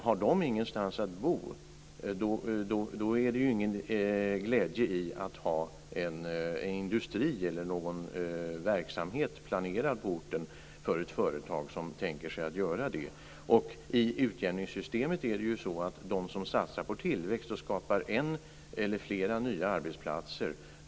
Har man ingenstans att bo är det ju ingen glädje av att ha en industri eller någon verksamhet på orten planerad för ett företag som tänker sig att göra det. I utjämningssystemet misskrediteras de som satsar på tillväxt och skapar en eller flera nya arbetsplatser.